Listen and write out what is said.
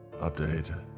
Update